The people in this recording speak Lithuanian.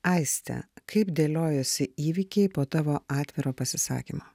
aiste kaip dėliojosi įvykiai po tavo atviro pasisakymo